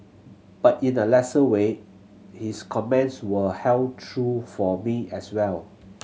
but in a lesser way his comments will held true for me as well